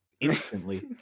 instantly